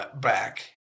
back